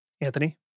Anthony